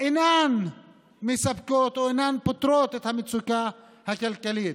אינן מספקות או אינן פותרות את המצוקה הכלכלית.